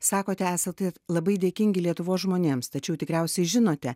sakote esate labai dėkingi lietuvos žmonėms tačiau tikriausiai žinote